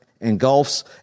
engulfs